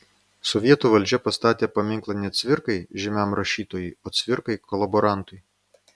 sovietų valdžia pastatė paminklą ne cvirkai žymiam rašytojui o cvirkai kolaborantui